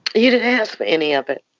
you didn't ask for any of it.